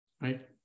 Right